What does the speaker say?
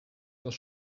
dass